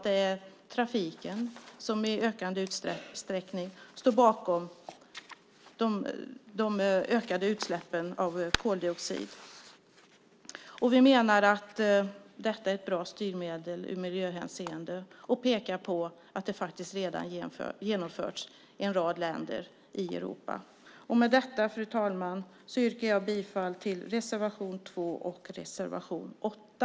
Det är trafiken som i ökande utsträckning står bakom de ökade utsläppen av koldioxid. Vi menar därför att detta är ett bra styrmedel i miljöhänseende och pekar på att det faktiskt redan har genomförts i en rad länder i Europa. Fru talman! Jag yrkar bifall till reservationerna 2 och 8.